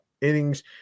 innings